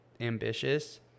ambitious